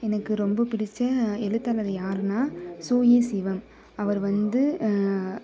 எனக்கு ரொம்ப பிடித்த எழுத்தாளர் யாருன்னா சுகி சிவம் அவர் வந்து